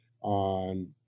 on